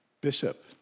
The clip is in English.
bishop